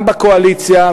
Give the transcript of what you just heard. גם בקואליציה,